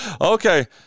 Okay